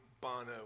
Bono